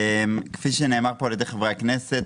כפי שנאמר פה על ידי חברי הכנסת,